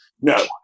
No